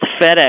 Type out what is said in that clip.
FedEx